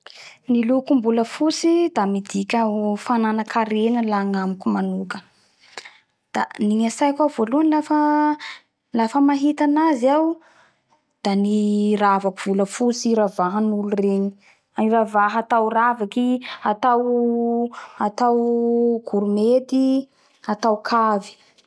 Ny lokombolafoty da midika ho fananakarena la agnamiko manoka da ny atsaiko ao voalohany lafa lafa mahita anazy aho da ny ravaky volafoty ravahanolo regny ravaha atao ravaky atao gourmety, ato kavy